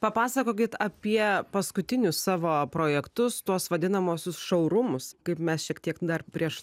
papasakokit apie paskutinius savo projektus tuos vadinamuosius šaurumus kaip mes šiek tiek dar prieš